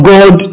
God